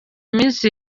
minsi